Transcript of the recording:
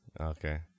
Okay